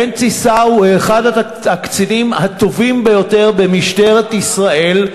בנצי סאו הוא אחד הקצינים הטובים ביותר במשטרת ישראל.